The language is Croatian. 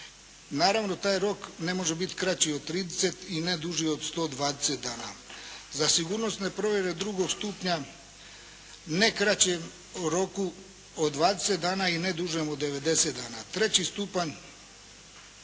Naravno taj rok ne može biti kraći od 30 i ne duži od 120 dana. Za sigurnosne provjere II. stupnja, ne kraćem roku od 20 dana i ne dužem od 90 dana. III. Stupanj,